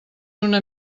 una